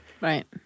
Right